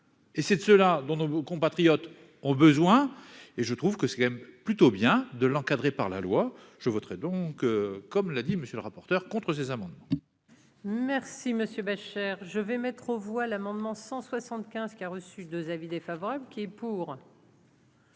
et c'est de cela dont nos compatriotes ont besoin, et je trouve que c'est quand même plutôt bien de l'encadré par la loi, je voterai donc, comme l'a dit monsieur le rapporteur, contre ces amendements, merci monsieur, ma chère, je vais mettre aux voix l'amendement 175 qui a reçu 2 avis défavorables qui est pour.